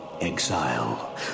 Exile